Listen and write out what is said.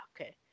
okay